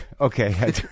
okay